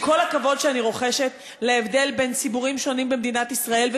עם כל הכבוד שאני רוחשת להבדל בין ציבורים שונים במדינת ישראל,